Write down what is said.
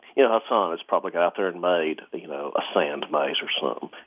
yeah hassan has probably gone out there and made you know a sand maze or so um